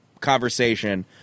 conversation